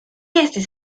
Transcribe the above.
estis